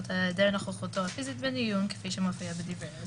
העדר נוכחותו הפיזית בדיון כפי שמופיע בדברי ההסבר".